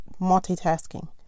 multitasking